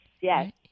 yes